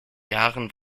jahren